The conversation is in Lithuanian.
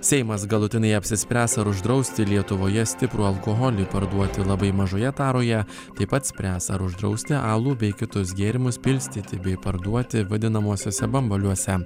seimas galutinai apsispręs ar uždrausti lietuvoje stiprų alkoholį parduoti labai mažoje taroje taip pat spręs ar uždrausti alų bei kitus gėrimus pilstyti bei parduoti vadinamuosiuose bambaliuose